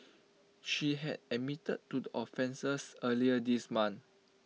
she had admitted to the offences earlier this month